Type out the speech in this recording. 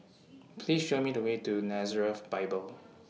Please Show Me The Way to Nazareth Bible